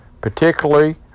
particularly